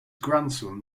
grandson